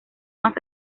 más